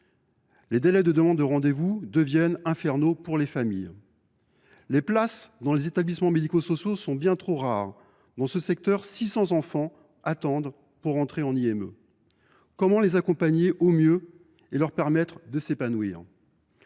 Les délais de demande de rendez vous deviennent infernaux pour les familles. Les places dans les établissements médico sociaux sont bien trop rares. Dans ce secteur, 600 enfants attendent pour entrer en institut médico éducatif (IME). Comment les accompagner au mieux et leur permettre de s’épanouir ?